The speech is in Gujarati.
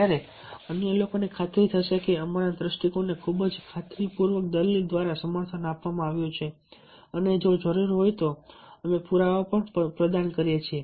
ત્યારે અન્ય લોકોને ખાતરી થશે કે અમારા દૃષ્ટિકોણને ખૂબ જ ખાતરીપૂર્વકની દલીલ દ્વારા સમર્થન આપવામાં આવ્યું છે અને જો જરૂરી હોય તો અમે પુરાવા પ્રદાન કરી શકીએ છીએ